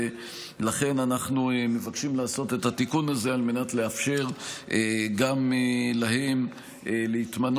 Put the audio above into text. ולכן אנחנו מבקשים לעשות את התיקון הזה על מנת לאפשר גם להם להתמנות